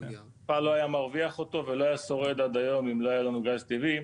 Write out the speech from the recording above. המפעל לא היה מרוויח אותו ולא היה שורד עד היום אם לא היה לנו גז טבעי.